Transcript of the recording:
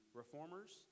reformers